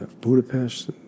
Budapest